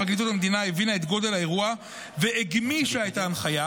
פרקליטות המדינה הבינה את גודל האירוע והגמישה את ההנחיה,